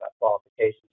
qualifications